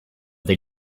they